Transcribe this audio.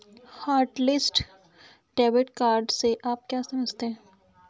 Hotlist debit card से आप क्या समझते हैं?